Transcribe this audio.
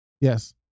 Yes